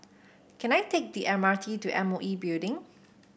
can I take the M R T to M O E Building